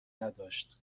نداشت